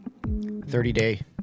30-day